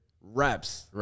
reps